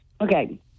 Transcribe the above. Okay